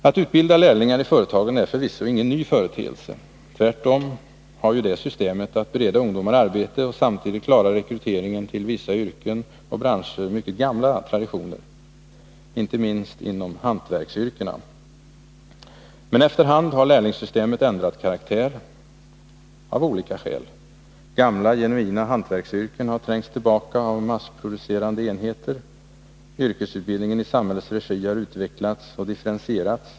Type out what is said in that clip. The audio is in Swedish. Att utbilda lärlingar i företagen är förvisso ingen ny företeelse. Tvärtom har det systemet att bereda ungdomar arbete och samtidigt klara rekryteringen till vissa yrken och branscher mycket gamla traditioner, inte minst inom hantverksyrkena. Men efter hand har lärlingssystemet ändrat karaktär 229 —och det av olika skäl. Gamla genuina hantverksyrken har trängts tillbaka av massproducerande enheter. Yrkesutbildningen i samhällets regi har utvecklats och differentierats.